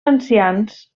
ancians